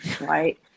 right